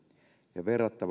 ja verrata